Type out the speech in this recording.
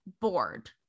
Bored